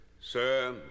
sir